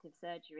surgery